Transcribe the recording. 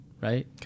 right